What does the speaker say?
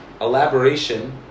elaboration